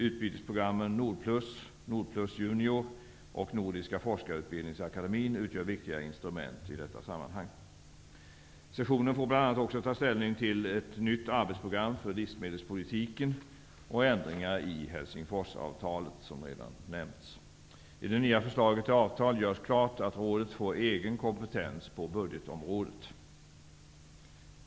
Utbytesprogrammen NORDPLUS, NORDPLUS-junior och Nordiska forskarutbildningsakademin utgör viktiga instrument i detta sammanhang. Sessionen får bl.a. också ta ställning till ett nytt arbetsprogram för livsmedelspolitiken och ändringar i Helsingforsavtalet, vilket redan har nämnts. I det nya förslaget till avtal görs klart att rådet får egen kompetens på budgetområdet.